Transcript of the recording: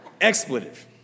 Expletive